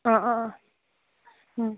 ꯑ ꯑ ꯑ ꯎꯝ